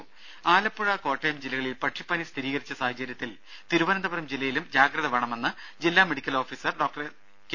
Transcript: ദേദ ആലപ്പുഴ കോട്ടയം ജില്ലകളിൽ പക്ഷിപ്പനി സ്ഥിരീകരിച്ച സാഹചര്യത്തിൽ തിരുവനന്തപുരം ജില്ലയിലും ജാഗ്രത വേണമെന്ന് ജില്ലാ മെഡിക്കൽ ഓഫീസർ ഡോക്ടർ കെ